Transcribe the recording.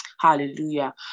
Hallelujah